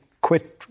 quit